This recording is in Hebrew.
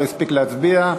לא הספיק להצביע.